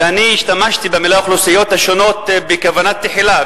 ואני השתמשתי במלה "אוכלוסיות" בכוונה תחילה,